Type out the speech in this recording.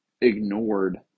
ignored